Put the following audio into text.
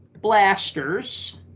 blasters